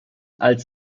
als